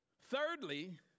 Thirdly